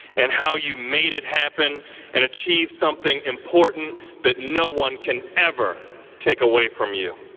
and how you made it happen and achieved something important that no one can ever take away from you.